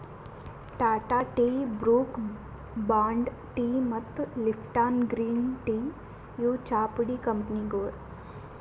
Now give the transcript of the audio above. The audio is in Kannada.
Tata tea, Brooke Bond tea ಮತ್ತ್ ಲಿಪ್ಟಾನ್ ಗ್ರೀನ್ ಟೀ ಇವ್ ಚಾಪುಡಿ ಕಂಪನಿಗೊಳ್